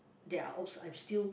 they are also I've still